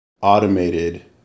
automated